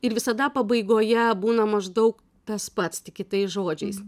ir visada pabaigoje būna maždaug tas pats tik kitais žodžiais